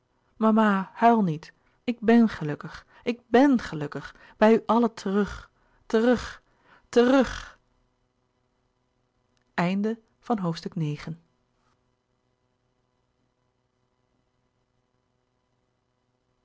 huil niet ik bèn gelukkig ik b e n gelukkig bij u allen terug terug terug